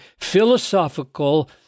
philosophical